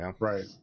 Right